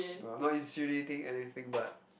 well I'm not insinuating anything but